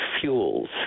fuels